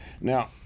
now